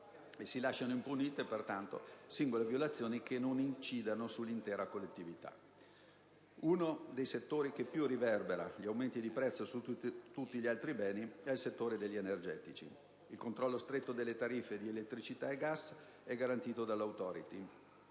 si lasciano impunite pertanto singole violazioni che non incidano sull'intera collettività. Uno dei settori che più riverbera gli aumenti di prezzo su tutti gli altri beni è il settore degli energetici. Il controllo stretto delle tariffe di elettricità e gas è garantito dall'Autorità